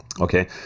okay